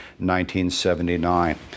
1979